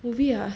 movie ah